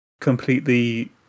completely